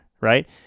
right